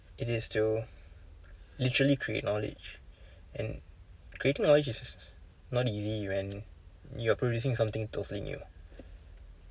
it is to literally create knowledge and creating knowledge is not easy when you are producing something totally new